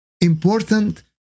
important